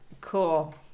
Cool